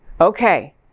okay